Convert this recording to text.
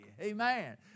Amen